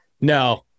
No